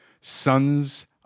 Sons